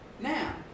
Now